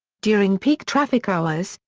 during peak traffic hours,